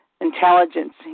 intelligence